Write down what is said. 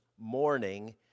morning